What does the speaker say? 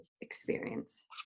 experience